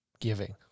giving